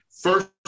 first